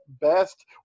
best